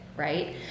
Right